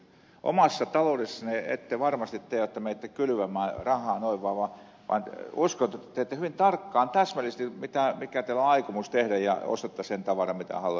omassa taloudessanne ette varmasti tee että menette kylvämään rahaa noin vaan vaan uskon että teette hyvin tarkkaan täsmällisesti mikä teidän on aikomus tehdä ja ostatte sen tavaran minkä haluatte